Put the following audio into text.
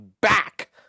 back